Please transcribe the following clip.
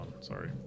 Sorry